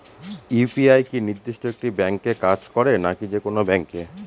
UPI কি নির্দিষ্ট একটি ব্যাংকে কাজ করে নাকি যে কোনো ব্যাংকে?